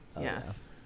Yes